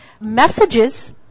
messages